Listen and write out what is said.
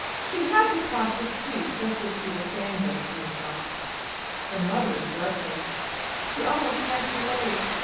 she had to cross the street just as she was saying this to herself the mud was dreadful she almost had to wade.